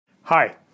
Hi